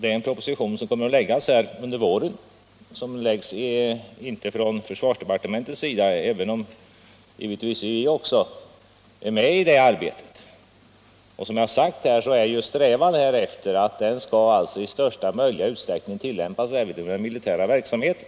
En proposition skall framläggas under våren — men den kommer inte från försvarsdepartementet, även om naturligtvis också vi deltar i det arbetet — och som jag redan sagt är det vår strävan att reglerna skall tillämpas även i den militära verksamheten.